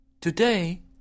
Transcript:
Today